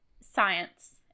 science